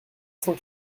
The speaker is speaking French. cent